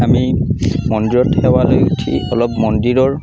আমি মন্দিৰত সেৱা লৈ উঠি অলপ মন্দিৰৰ